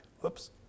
Whoops